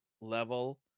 level